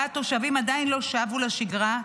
שבה התושבים עדיין לא שבו לשגרה,